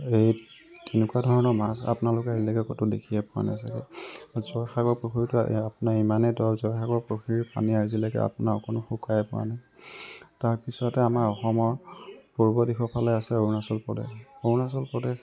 এই তেনেকুৱা ধৰণৰ মাছ আপোনালোকে বেলেগত ক'তো দেখিয়ে পোৱা নাই চাগে জয়সাগৰ পুখুৰীতো আপোনাৰ ইমানেই দ জয়সাগৰ পুখুৰীৰ পানী আজিলৈকে আপোনাৰ অকণো শুকাইয়েই পোৱা নাই তাৰপিছতে আমাৰ অসমৰ পূৰ্ৱদেশৰ ফালে আছে অৰুণাচল প্ৰদেশ অৰুণাচল প্ৰদেশ